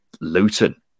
Luton